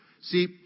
See